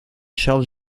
charles